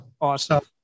awesome